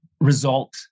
Result